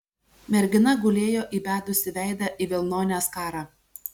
mergina gulėjo įbedusi veidą į vilnonę skarą